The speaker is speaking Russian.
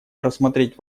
рассмотреть